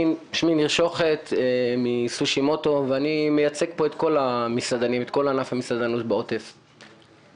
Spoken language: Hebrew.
אני מ"סושימוטו" ואני מייצג פה את כל ענף המסעדנות בעוטף עזה,